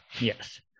Yes